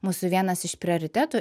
mūsų vienas iš prioritetų